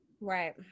Right